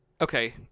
Okay